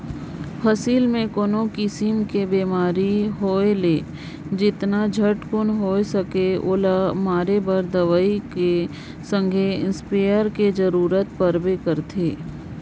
फसिल मे कोनो किसिम कर बेमारी होए ले जेतना झटकुन होए सके ओला मारे बर दवई कर संघे इस्पेयर कर जरूरत परबे करथे